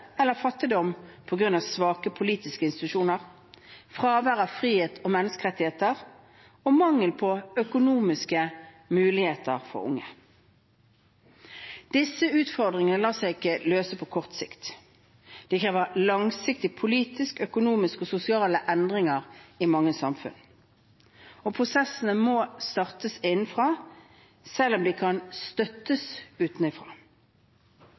eller fattigdom på grunn av svake politiske institusjoner, fravær av frihet og menneskerettigheter og mangel på økonomiske muligheter for unge. Disse utfordringene lar seg ikke løse på kort sikt. De krever langsiktige politiske, økonomiske og sosiale endringer i mange samfunn. Prosessene må startes innenfra, selv om de kan støttes